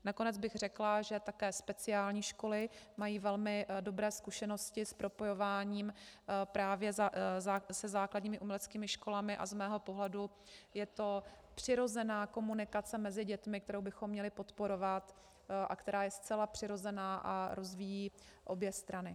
Nakonec bych řekla, že také speciální školy mají velmi dobré zkušenosti s propojováním právě se základními uměleckými školami, a z mého pohledu je to přirozená komunikace mezi dětmi, kterou bychom měli podporovat a která je zcela přirozená a rozvíjí obě strany.